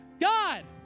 God